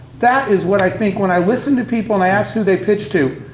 that is what i think when i listen to people, and i asked who they pitched to.